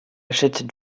achète